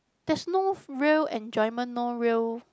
there's no real enjoyment no real